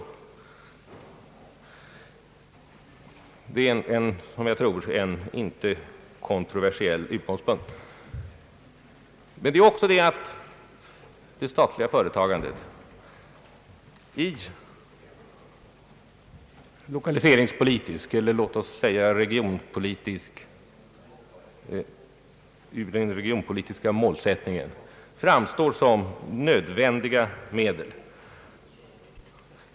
Detta är en, som jag tycker, inte kontroversiell utgångspunkt. Det beror också på att det statliga företagandet ur den lokaliseringspolitiska eller låt oss säga regionpolitiska målsättningen framstår som ett nödvändigt medel.